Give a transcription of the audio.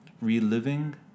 reliving